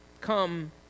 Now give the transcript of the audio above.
come